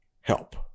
help